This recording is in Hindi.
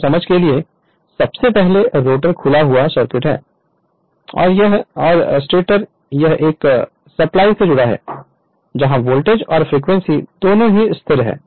हमारी समझ के लिए सबसे पहले रोटर खुला हुआ सर्किटहै और यह और स्टेटर यह एक सप्लाई से जुड़ा है जहां वोल्टेज और फ्रीक्वेंसी दोनों स्थिर हैं